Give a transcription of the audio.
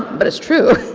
but it's true.